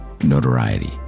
notoriety